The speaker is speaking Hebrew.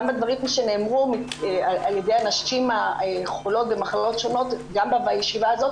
גם בדברים שנאמרו על ידי הנשים החולות במחלות שונות גם בישיבה הזאת,